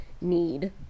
need